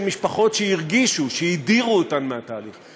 של משפחות שהרגישו שהדירו אותן מהתהליך הזה,